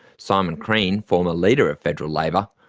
simon crean, former leader of federal labor,